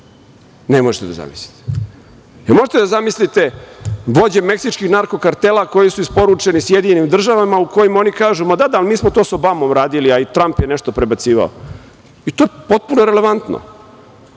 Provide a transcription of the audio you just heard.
Ne možete da zamislite. Da li možete da zamislite vođe meksičkih narko-kartela koji su isporučeni SAD u kojima oni kažu – da, da, mi smo to sa Obamom uradili, a i Tramp je nešto prebacivao? I to je potpuno relevantno.